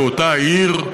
באותה עיר,